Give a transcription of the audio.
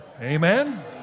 Amen